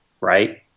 right